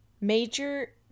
Major